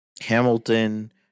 Hamilton